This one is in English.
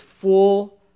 full